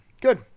good